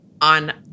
on